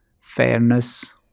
fairness